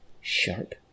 sharp